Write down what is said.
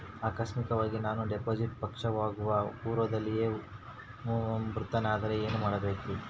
ಆಕಸ್ಮಿಕವಾಗಿ ನಾನು ಡಿಪಾಸಿಟ್ ಪಕ್ವವಾಗುವ ಪೂರ್ವದಲ್ಲಿಯೇ ಮೃತನಾದರೆ ಏನು ಮಾಡಬೇಕ್ರಿ?